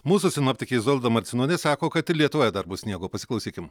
mūsų sinoptikė izolda marcinonė sako kad ir lietuvoje dar bus sniego pasiklausykim